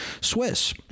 Swiss